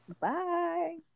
Bye